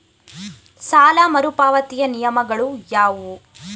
ಸಾಲ ಮರುಪಾವತಿಯ ನಿಯಮಗಳು ಯಾವುವು?